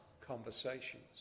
conversations